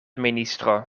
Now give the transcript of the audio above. ministro